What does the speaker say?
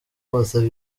bose